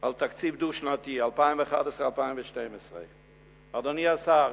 על התקציב הדו-שנתי 2011 2012. אדוני השר,